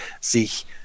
sich